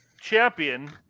champion